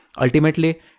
Ultimately